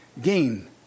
gain